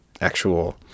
actual